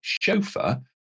chauffeur